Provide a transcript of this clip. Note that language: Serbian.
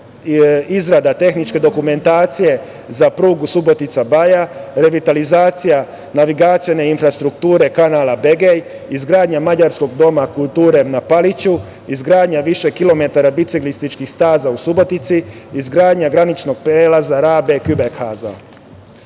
izrada tehničke dokumentacije za prugu Subotica-Baja, revitalizacija navigacione infrastrukture kanala Begej, izgradnja Mađarskog doma kulture na Paliću, izgradnja više kilometara biciklističkih staza u Subotici, izgradnja graničnog prelaza Rabe-Kubekhaza. Ako